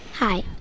Hi